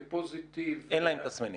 אין להם תסמינים.